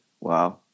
Wow